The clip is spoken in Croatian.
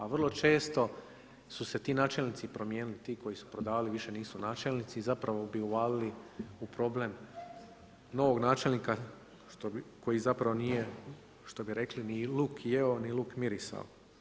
A vrlo često, su se ti načelnici promijenili, ti koji su prodavali, više nisu načelnici i zapravo bi uvalili u problem novog načelnika, koji zapravo nije što bi rekli, ni luk jeo, ni luk mirisao.